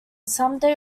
someday